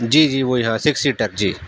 جی جی وہی ہاں سکس سیٹر جی